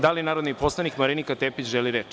Da li narodni poslanik Marinika Tepić želi reč?